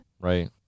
Right